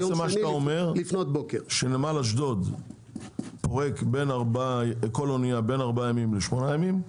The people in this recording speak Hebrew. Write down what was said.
מה שאתה אומר זה שנמל אשדוד פורק כל אנייה בין ארבעה ימים לשמונה ימים?